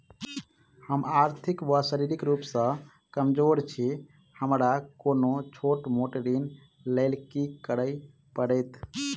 हम आर्थिक व शारीरिक रूप सँ कमजोर छी हमरा कोनों छोट मोट ऋण लैल की करै पड़तै?